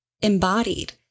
embodied